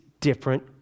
different